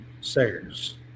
Sayers